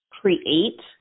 create